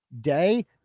day